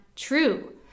true